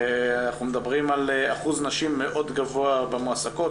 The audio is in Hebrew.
אנחנו מדברים על אחוז נשים מאוד גבוה במועסקות,